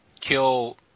kill